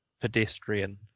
pedestrian